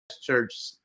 church